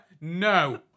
No